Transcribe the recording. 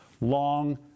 long